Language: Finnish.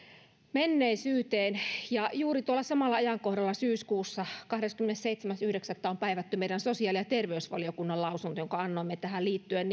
menneisyyteen ja juuri tuolla samalla ajankohdalla syyskuussa kahdeskymmenesseitsemäs yhdeksättä on päivätty meidän sosiaali ja terveysvaliokunnan lausunto jonka annoimme tähän liittyen